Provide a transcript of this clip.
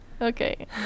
Okay